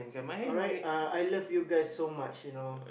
alright uh I love you guys so much you know